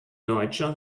deutscher